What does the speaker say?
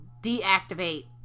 deactivate